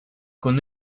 con